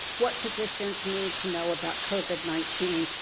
what physicians need to know about covid nineteen,